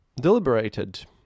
deliberated